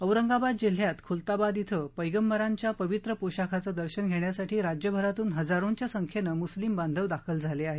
औरंगाबाद जिल्ह्यात खुलताबाद ििं पैगंबरांच्या पवित्र पोशाखाचं दर्शन घेण्यासाठी राज्यभरातून हजारोंच्या संख्येनं मुस्लिम बांधव दाखल झाले आहेत